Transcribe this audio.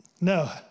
No